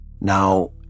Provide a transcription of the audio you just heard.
Now